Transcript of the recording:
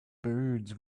birds